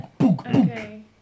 Okay